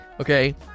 okay